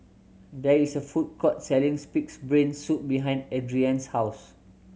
there is a food court selling's Pig's Brain Soup behind Adriene's house